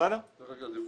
בסדר.